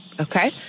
Okay